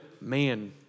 Man